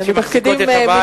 שמחזיקות את הבית,